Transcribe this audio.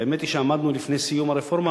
והאמת היא שעמדנו לפני סיום הרפורמה,